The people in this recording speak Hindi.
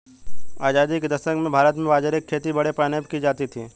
आजादी के दशक में भारत में बाजरे की खेती बड़े पैमाने पर की जाती थी